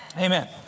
Amen